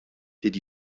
did